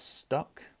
stuck